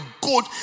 good